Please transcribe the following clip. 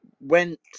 went